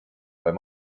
beim